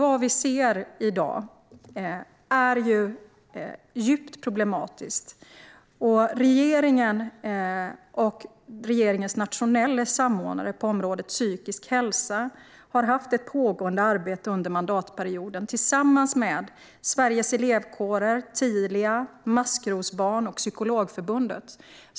Vad vi ser i dag är djupt problematiskt. Regeringen och regeringens nationella samordnare på området psykisk hälsa har under mandatperioden haft ett pågående arbete tillsammans med Sveriges Elevkårer, Tilia, Maskrosbarn och Psykologförbundet.